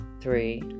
three